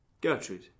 Gertrude